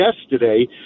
yesterday